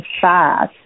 fast